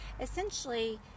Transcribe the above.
Essentially